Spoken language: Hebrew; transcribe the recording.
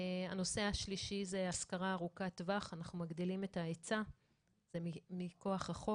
הנושא השלישי זה השכרה ארוכת-טווח אנחנו מגדילים את ההיצע ומכוח החוק